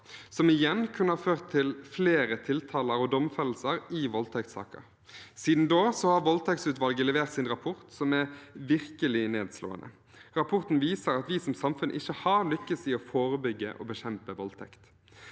som igjen kunne ha ført til flere tiltaler og domfellelser i voldtektssaker. Siden da har voldtektsutvalget levert sin rapport, som virkelig er nedslående. Rapporten viser at vi som samfunn ikke har lykkes i å forebygge og bekjempe voldtekt.